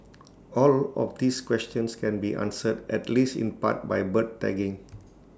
all of these questions can be answered at least in part by bird tagging